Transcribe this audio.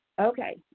Okay